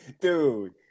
Dude